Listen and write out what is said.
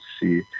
see